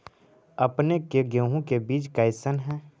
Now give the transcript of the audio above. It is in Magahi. अपने के गेहूं के बीज कैसन है?